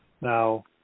Now